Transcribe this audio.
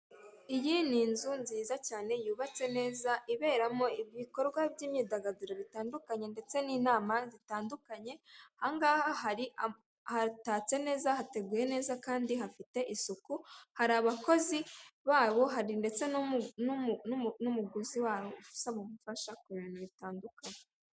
Iyi ni inzu nziza cyane yubatse neza iberamo ibikorwa by'imyidagaduro bitandukanye ndetse n'inama zitandukanye, aha ngaha hari hatatse neza hateguye neza kandi hafite isuku, hari abakozi babo hari ndetse n'umuguzi wabo usaba ubufasha ku bintu bitandukanye.